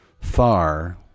far